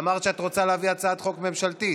אמרת שאת רוצה להביא הצעת חוק ממשלתית.